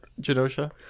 Genosha